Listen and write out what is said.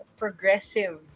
progressive